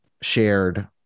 shared